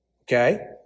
okay